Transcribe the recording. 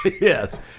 Yes